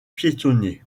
piétonnier